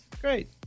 Great